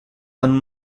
hanno